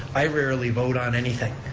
i rarely vote on anything.